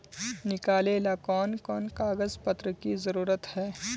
निकाले ला कोन कोन कागज पत्र की जरूरत है?